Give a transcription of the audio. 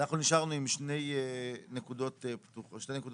אנחנו נשארנו עם שתי נקודות פתוחות.